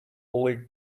old